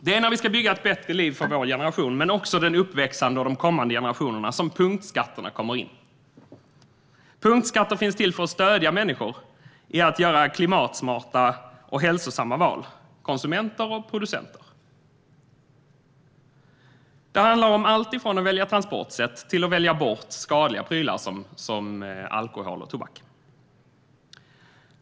Det är när vi ska bygga ett bättre liv för vår generation men också de uppväxande och kommande generationerna som punktskatter kommer in. Punktskatter finns till för att stödja människor - konsumenter och producenter - i att göra klimatsmarta och hälsosamma val. Det handlar om alltifrån att välja transportsätt till att välja bort skadliga prylar som alkohol och tobak.